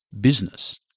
business